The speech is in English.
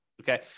okay